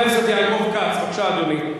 חבר הכנסת יעקב כץ, בבקשה, אדוני.